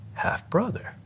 half-brother